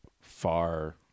far